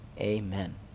Amen